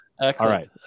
Excellent